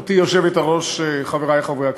גברתי היושבת-ראש, תודה, חברי חברי הכנסת,